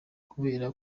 kubera